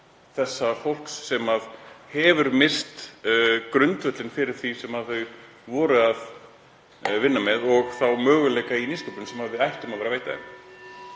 þessa fólks sem misst hefur grundvöllinn fyrir því sem þau voru að vinna með og þá möguleika í nýsköpun sem við ættum að veita þeim.